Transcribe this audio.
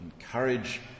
Encourage